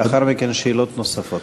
לאחר מכן, שאלות נוספות.